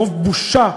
ברוב בושה,